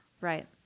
Right